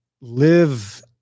live